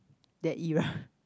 that you are